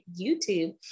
YouTube